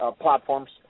platforms